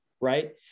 right